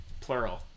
plural